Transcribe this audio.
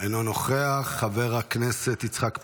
אינו נוכח, חבר הכנסת יצחק פינדרוס,